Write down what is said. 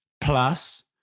plus